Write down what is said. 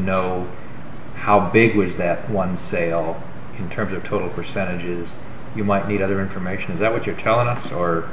know how big was that one sale in terms of total percent you might need other information is that what you're telling us or